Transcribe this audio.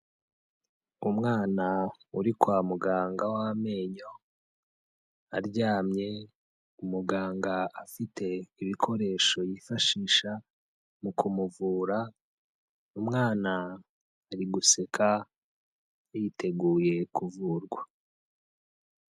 Umwana uri kwa muganga w'amenyo, aryamye, umuganga afite ibikoresho yifashisha mu kumuvura, umwana ari guseka yiteguye kuvurwa.